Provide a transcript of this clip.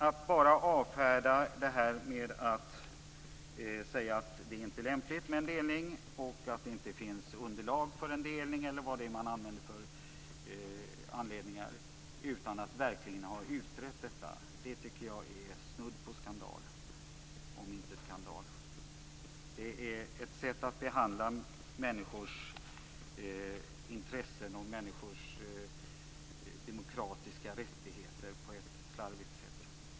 Att bara avfärda det här med att säga att det inte är lämpligt med en delning, att det inte finns underlag, eller vad man nu anger som anledning, utan att verkligen ha utrett detta tycker jag är snudd på skandal, om inte skandal. Det är ett sätt att behandla människors intressen och människors demokratiska rättigheter på ett slarvigt sätt.